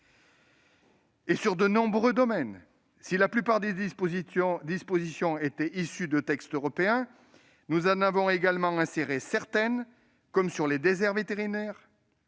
ce point. Par ailleurs, si la plupart des dispositions étaient issues de textes européens, nous en avons également inséré certaines, par exemple sur les déserts vétérinaires-